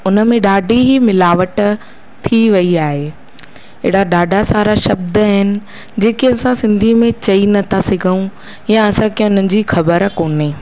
उनमें ॾाढी ई मिलावट थी वयी आहे अहिड़ा ॾाढा सारा शब्द आहिनि जेके असां सिंधी में चई नथा सघूं या असांखे उन्हनि जी खबर कोन्हे